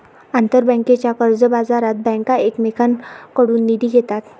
आंतरबँकेच्या कर्जबाजारात बँका एकमेकांकडून निधी घेतात